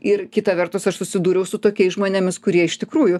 ir kita vertus aš susidūriau su tokiais žmonėmis kurie iš tikrųjų